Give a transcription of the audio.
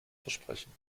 versprechen